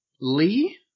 Lee